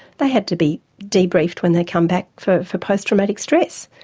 they had to be debriefed when they'd come back for for post-traumatic stress.